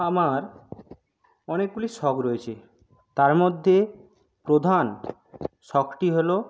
আমার অনেকগুলি শখ রয়েছে তার মধ্যে প্রধান শখটি হলো